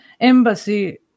embassy